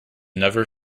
never